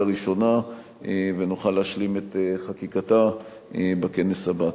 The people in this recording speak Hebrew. ראשונה ונוכל להשלים את חקיקתה בכנס הבא.